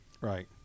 right